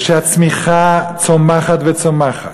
ושהצמיחה צומחת וצומחת,